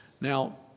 Now